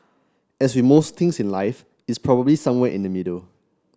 as with most things in life it's probably somewhere in the middle